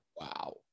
Wow